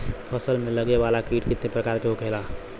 फसल में लगे वाला कीट कितने प्रकार के होखेला?